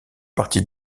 partie